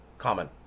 common